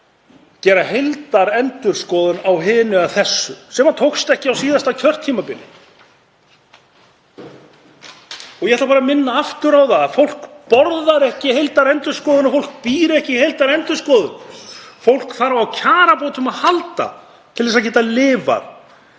gera heildarendurskoðun á hinu og þessu sem tókst ekki á síðasta kjörtímabili. Ég ætla bara að minna aftur á það að fólk borðar ekki heildarendurskoðun og fólk býr ekki í heildarendurskoðun. Fólk þarf á kjarabótum að halda til að geta lifað